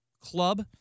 club